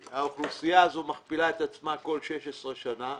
האוכלוסייה הזו מכפילה את עצמה כל 16 שנים.